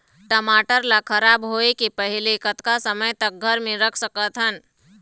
टमाटर ला खराब होय के पहले कतका समय तक घर मे रख सकत हन?